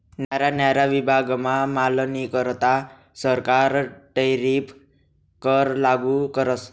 न्यारा न्यारा विभागमा मालनीकरता सरकार टैरीफ कर लागू करस